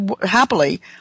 happily